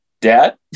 Dad